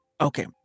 Okay